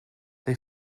they